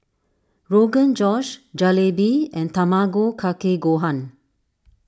Rogan Josh Jalebi and Tamago Kake Gohan